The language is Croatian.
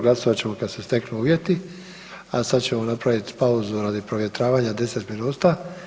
Glasovat ćemo kad se steknu uvjeti, a sad ćemo napraviti pauzu radi provjetravanja 10 minuta.